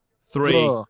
three